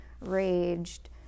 raged